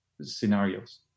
scenarios